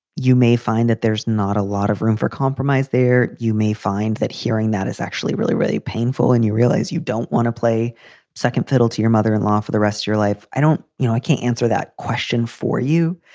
you may find that there's not a lot of room for compromise there. you may find that hearing that is actually really, really painful. and you realize you don't want to play second fiddle to your mother in law for the rest of your life. i don't know. i can't answer that question for you,